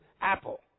Apple